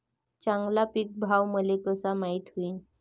चांगला पीक भाव मले कसा माइत होईन?